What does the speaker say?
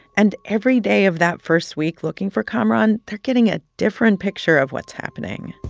and every day of that first week looking for kamaran, they're getting a different picture of what's happening.